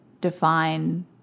define